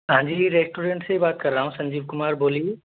हाँ जी रेस्टोरेंट से ही बात कर रहा हूँ संजीव कुमार बोलिए